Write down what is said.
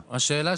שצריך.